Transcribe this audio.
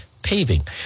Paving